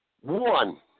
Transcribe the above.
One